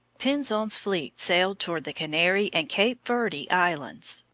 pinzon's fleet sailed toward the canary and cape verde islands,